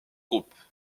groupe